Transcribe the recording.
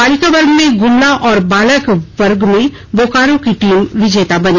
बालिका वर्ग में गुमला और बालक वर्ग में बोकारो की टीम विजेता बनी